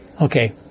Okay